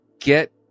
get